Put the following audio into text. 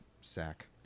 sack